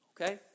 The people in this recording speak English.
Okay